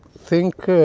think